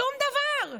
שום דבר.